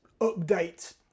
update